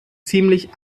ziemlich